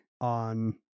on